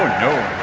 no,